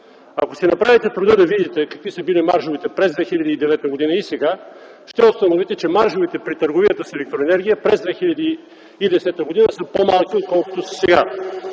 Ако си направите труда да видите какви са били маржовете през 2009 г. и сега, ще установите, че маржовете при търговията с електроенергия през 2010 г. са по-малки отколкото са